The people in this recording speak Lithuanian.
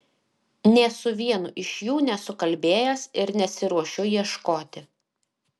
nė su vienu iš jų nesu kalbėjęs ir nesiruošiu ieškoti